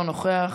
אינו נוכח,